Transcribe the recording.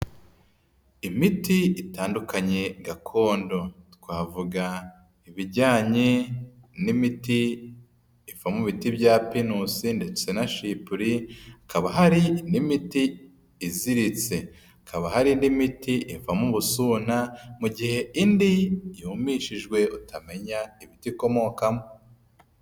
Imiti itandukanye gakondo twavuga ibijyanye n'imiti iva mu biti bya pinusi ndetse na shipuri, hakaba hari n'imiti iziritse, hakaba hari n'imiti iva mu busuna, mu gihe indi yumishijwe utamenya ibiti ikomokamo.